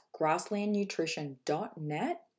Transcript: grasslandnutrition.net